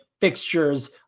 fixtures